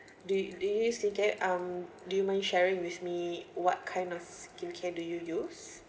do do you use skincare um do you mind sharing with me what kind of skincare do you use